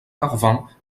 carvin